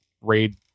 raid